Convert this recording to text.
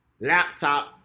Laptop